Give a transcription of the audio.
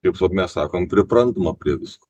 kaip mes sakom priprantama prie visko